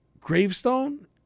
gravestone